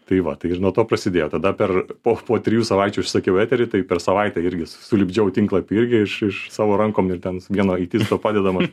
tai va tai ir nuo to prasidėjo tada per po po trijų savaičių užsisakiau eterį tai per savaitę irgi sulipdžiau tinklapį irgi iš iš savo rankom ir ten vieno aitisto padedamas